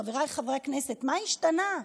חבריי חברי הכנסת: מה השתנה?